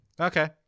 okay